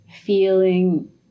feeling